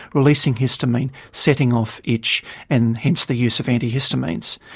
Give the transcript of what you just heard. releasing histamine, setting off itch and hence the use of antihistamines.